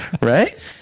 right